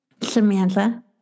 Samantha